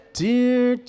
dear